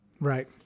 Right